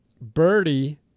Birdie